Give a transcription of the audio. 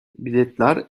biletler